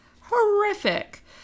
horrific